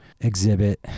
exhibit